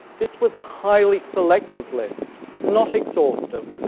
this was a highly selective list, not exhaustive.